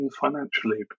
financially